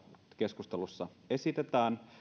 keskustelussa esitetään